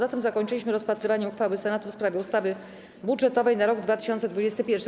Na tym zakończyliśmy rozpatrywanie uchwały Senatu w sprawie ustawy budżetowej na rok 2021.